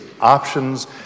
options